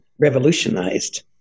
revolutionized